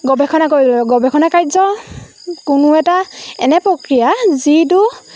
গৱেষণা কৰিব লাগিব গৱেষণা কাৰ্য কোনো এটা এনে প্ৰক্ৰিয়া যিটো